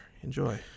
Enjoy